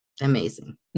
amazing